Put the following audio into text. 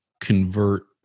convert